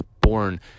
born